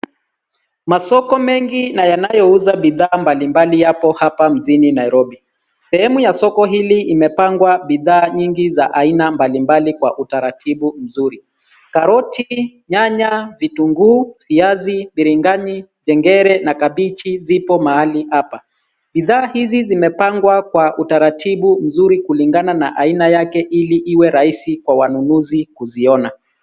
Masoko mengi na yanayouza bidhaa mbalimbali yapo hapa mjini Nairobi. Sehemu ya soko hili imepangwa bidhaa nyingi za aina mbalimbali kwa utaratibu nzuri. Karoti, nyanya, vitunguu, viazi, biringanya, thengere na kabichi zipo mahali hapa. Bidhaa hizi zimepangwa kwa utaratibu mzuri kulingana na aina yake ili iwe rahisi kwa wanunuzi kuziona.